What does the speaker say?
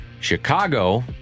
Chicago